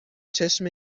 چشم